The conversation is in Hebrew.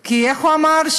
כי, איך הוא אמר,